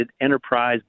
enterprise